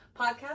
Podcast